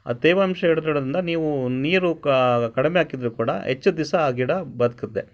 ಆ ತೇವಾಂಶ ಹಿಡ್ದಿಡೋದಿಂದ ನೀವು ನೀರು ಕಡಿಮೆ ಹಾಕಿದ್ರೂ ಕೂಡ ಹೆಚ್ಚು ದಿವ್ಸ ಆ ಗಿಡ ಬದುಕುತ್ತೆ